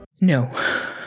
No